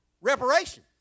reparation